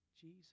Jesus